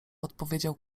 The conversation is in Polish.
odpowiedział